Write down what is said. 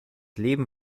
leben